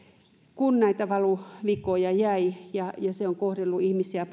kun näitä valuvikoja jäi ja paitsi että se on kohdellut ihmisiä